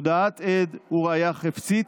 הודאת עד וראיה חפצית,